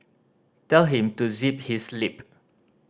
tell him to zip his lip